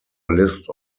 list